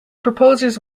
proposers